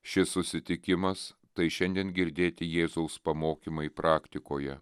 šis susitikimas tai šiandien girdėti jėzaus pamokymai praktikoje